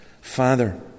father